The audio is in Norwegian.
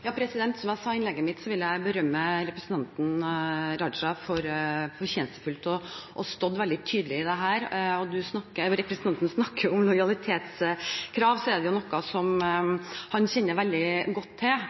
Som jeg sa i innlegget mitt, vil jeg berømme representanten Raja for fortjenestefullt å ha stått veldig tydelig i dette. Når representanten Raja snakker om lojalitetskrav, er det noe som han kjenner veldig godt til.